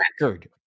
record